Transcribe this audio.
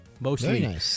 Mostly